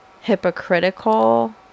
hypocritical